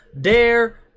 Dare